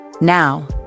Now